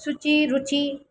ಶುಚಿ ರುಚಿ